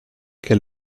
che